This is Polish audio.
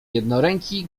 jednoręki